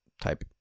type